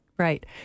Right